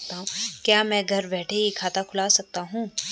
क्या मैं घर बैठे ही खाता खुलवा सकता हूँ?